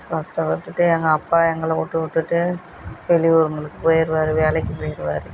கஷ்டப்பட்டுட்டு எங்கள் அப்பா எங்களை விட்டு விட்டுட்டு வெளியூருகளுக்கு போய்விடுவாரு வேலைக்கு போய்விடுவாரு